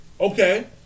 Okay